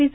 V